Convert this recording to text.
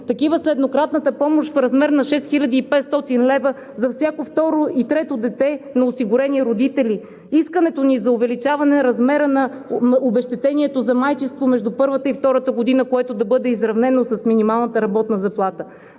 Такава е еднократната помощ в размер на 6500 лв. за всяко второ и трето дете на осигурени родители. Искането ни е за увеличаване размера на: обезщетението за майчинство между първата и втората година, което да бъде изравнено с минималната работна заплата;